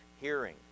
hearing